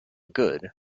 good